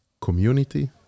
community